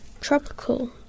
tropical